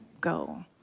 go